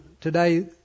today